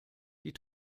die